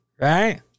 Right